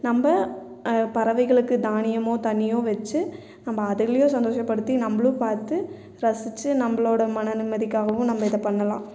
நம்ப பறவைகளுக்கு தானியமோ தண்ணியோ வச்சி நம்ம அதுங்களையும் சந்தோஷப்படுத்தி நம்மளும் பார்த்து ரசித்து நம்மளோட மன நிம்மதிக்காகவும் நம்ம இதை பண்ணலாம்